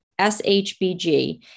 SHBG